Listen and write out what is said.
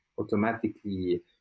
automatically